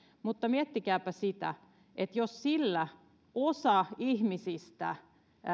mutta miettikääpä sitä että jos sillä osa ihmisistä